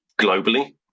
globally